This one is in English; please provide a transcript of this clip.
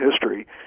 history